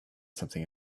something